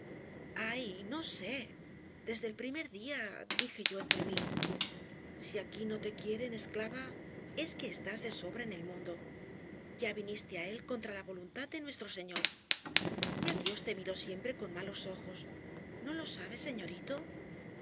ay no sé desde el primer día dije yo entre mí si aquí no te quieren esclava es que estás de sobra en el mundo ya viniste á él contra la voluntad de nuestro señor ya dios te miró siempre con malos ojos no lo sabe